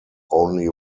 only